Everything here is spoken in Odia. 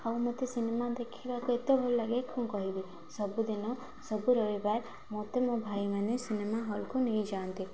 ଆଉ ମୋତେ ସିନେମା ଦେଖିବାକୁ ଏତେ ଭଲ ଲାଗେ କ'ଣ କହିବି ସବୁଦିନ ସବୁ ରହିବାର ମୋତେ ମୋ ଭାଇମାନେ ସିନେମା ହଲ୍କୁ ନେଇଯାଆନ୍ତି